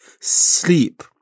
sleep